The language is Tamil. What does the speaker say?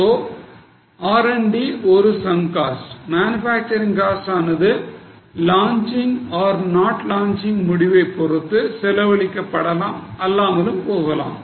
சோ R and D ஒரு sunk cost manufacturing cost ஆனது launching or not launching முடிவைப் பொறுத்து செலவழிக்கப் படலாம் அல்லாமலும் போகலாம்